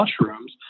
mushrooms